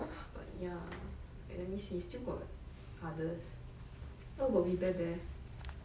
ya I don't know why is it a ball but ya let me see still got